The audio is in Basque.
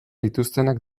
dituztenak